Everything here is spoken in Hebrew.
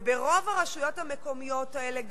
וברוב הרשויות המקומיות האלה,